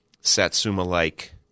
satsuma-like